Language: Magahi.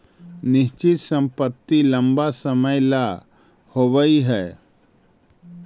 निश्चित संपत्ति लंबा समय ला होवऽ हइ